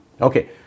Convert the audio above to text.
Okay